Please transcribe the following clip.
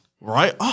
Right